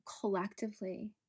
collectively